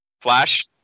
Flash